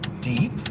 deep